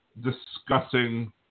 discussing